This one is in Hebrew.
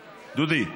דודי,